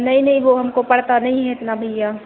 नहीं नहीं वह हमको पड़ता नहीं है इतना भैया